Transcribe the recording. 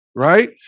Right